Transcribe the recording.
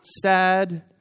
sad